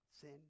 sin